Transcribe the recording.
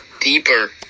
Deeper